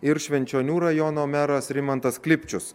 ir švenčionių rajono meras rimantas klipčius